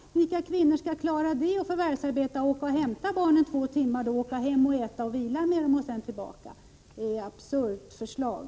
Vilka förvärvsarbetande kvinnor klarar att hämta hem barnen några timmar för mat och vila och sedan fara tillbaka med dem? Det är ett absurt förslag.